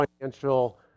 financial